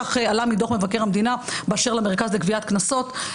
כך עלה מדוח מבקר המדינה באשר למרכז לגביית קנסות,